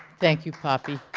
thank you poppy,